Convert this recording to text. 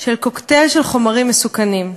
של קוקטייל של חומרים מסוכנים,